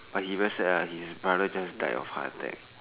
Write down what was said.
but he very sad ah his father just died of heart attack